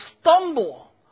stumble